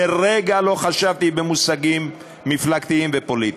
לרגע לא חשבתי במושגים מפלגתיים ופוליטיים.